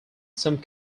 some